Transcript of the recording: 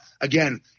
again